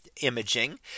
imaging